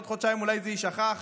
עוד חודשיים אולי זה יישכח,